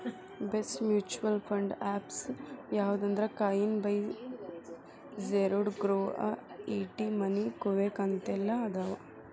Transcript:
best mutual fund apps ಯಾವಂದ್ರಾ Coin by Zerodha Groww ET Money Kuvera ಅಂತೆಲ್ಲಾ ಅದಾವ